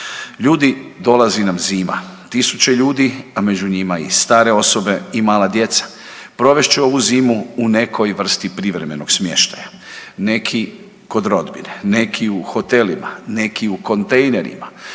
Ljudi, dolazi nam zima. Tisuće ljudi, a među njima i stare osobe i mala djeca, provest će ovu zimu u nekoj vrsti privremenog smještaja. Neki kod rodbine, neki u hotelima, neki u kontejnerima.